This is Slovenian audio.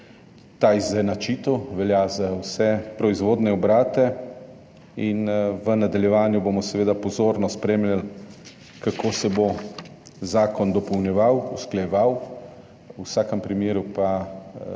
ta izenačitev, velja za vse proizvodne obrate, in v nadaljevanju bomo seveda pozorno spremljali, kako se bo zakon dopolnjeval, usklajeval. V vsakem primeru pa to